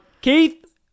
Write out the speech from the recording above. Keith